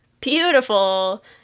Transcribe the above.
beautiful